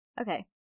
okay